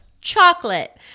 chocolate